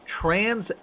trans